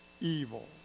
evil